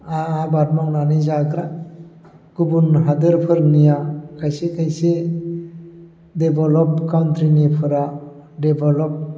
आं आबाद मावनानै जाग्रा गुबुन हादोरफोरनिया खायसे खायसे डेभेलप कान्ट्रिनिफ्रा डेभेलप